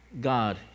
God